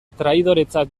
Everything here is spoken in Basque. traidoretzat